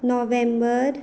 नोव्हेंबर